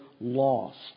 lost